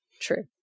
true